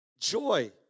Joy